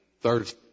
third